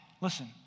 Listen